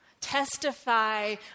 Testify